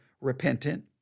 repentant